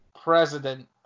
president